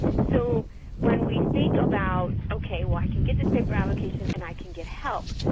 so when we think about okay, well i can get this paper allocation, and i can get help,